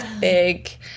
big